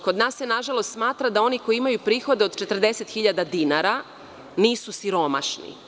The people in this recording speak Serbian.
Kod nas se nažalost smatra da samo oni koji imaju prihode od 40 hiljada dinara nisu siromašni.